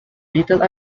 little